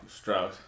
Stroud